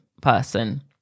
person